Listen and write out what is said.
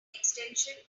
extension